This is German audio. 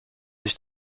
sich